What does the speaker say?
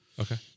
Okay